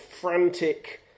frantic